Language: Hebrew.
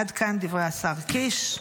עד כאן דברי השר קיש.